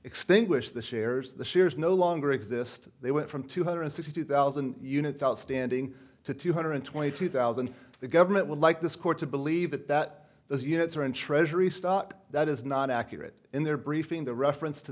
extinguished the shares the shares no longer exist they went from two hundred sixty thousand units outstanding to two hundred twenty two thousand the government would like this court to believe that that those units are in treasury stock that is not accurate in their briefing the reference to